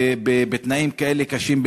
בתנאים כאלה קשים,